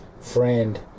friend